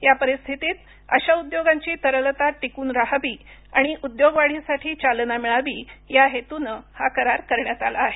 या परिस्थितीत अशा उद्योगांची तरलता टिकून रहावी आणि उद्योगवाढीसाठी चालना मिळावी या हेतूनं हा कारार करण्यात आला आहे